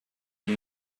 you